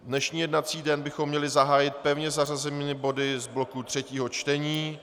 Dnešní jednací den bychom měli zahájit pevně zařazenými body z bloku třetího čtení.